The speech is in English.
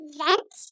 vent